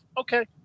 okay